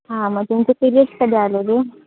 हां मग तुमचे पिरेड्स कधी आलेली